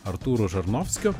artūru žarnovskiu